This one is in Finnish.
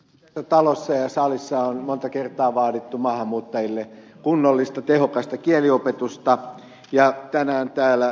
tässä talossa ja salissa on monta kertaa vaadittu maahanmuuttajille kunnollista tehokasta kieliopetusta ja tänään täällä ed